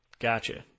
Gotcha